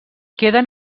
queden